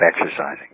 exercising